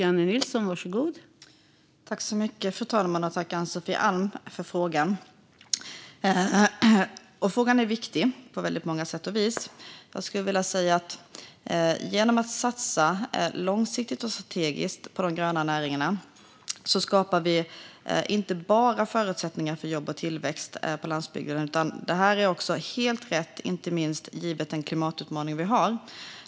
Fru talman! Tack, Ann-Sofie Alm, för frågan! Frågan är viktig på väldigt många sätt. Jag skulle vilja säga att vi genom att satsa långsiktigt och strategiskt på de gröna näringarna inte bara skapar förutsättningar för jobb och tillväxt på landsbygden utan att detta också är helt rätt givet den klimatutmaning vi har.